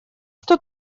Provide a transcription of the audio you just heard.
что